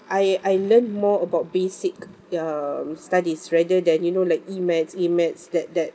I I learn more about basic um studies rather than you know like E maths A maths that that